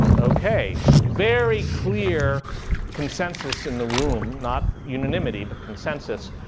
ok, very clear consensus in the room. not unanimity, but consensus,